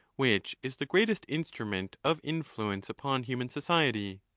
which is the greatest instrument of in fluence upon human society.